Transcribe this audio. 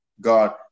God